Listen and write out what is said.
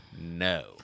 No